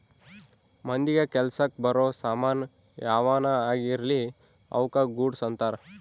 ಮಂದಿಗ ಕೆಲಸಕ್ ಬರೋ ಸಾಮನ್ ಯಾವನ ಆಗಿರ್ಲಿ ಅವುಕ ಗೂಡ್ಸ್ ಅಂತಾರ